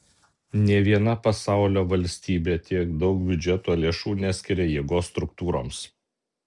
nė viena pasaulio valstybė tiek daug biudžeto lėšų neskiria jėgos struktūroms